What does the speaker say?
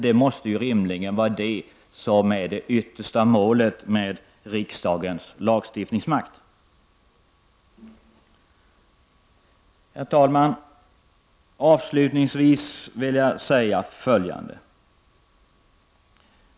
Det måste rimligen vara det som är det yttersta målet med riksdagens lagstiftningsmakt. Herr talman! Avslutningsvis vill jag säga följande.